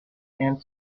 and